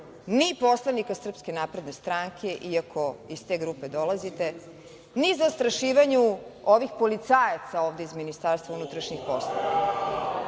ni poslanika7/2 MZ/SČSNS, iako iz te grupe dolazite, ni zastrašivanja ovih policajaca ovde iz Ministarstva unutrašnjih poslova.